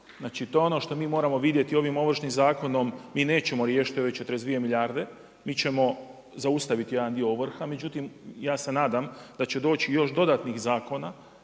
Znači, to je ono što mi moramo vidjeti ovim Ovršnim zakonom mi nećemo riješiti ove 42 milijarde. Mi ćemo zaustaviti jedan dio ovrha. Međutim, ja se nadam da će doći još dodatnih zakona